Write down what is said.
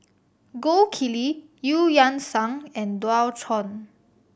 Gold Kili Eu Yan Sang and Dualtron